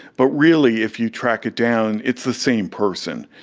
but really if you track it down it's the same person.